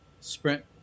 Sprint